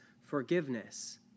forgiveness